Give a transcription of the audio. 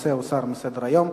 הנושא הוסר מסדר-היום.